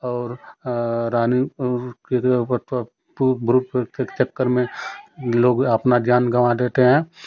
और भूत प्रेत के चक्कर में लोग अपना जान गवा देते हैं